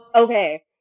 okay